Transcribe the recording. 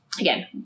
again